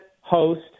host